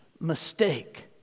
mistake